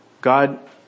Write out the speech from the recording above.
God